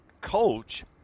coach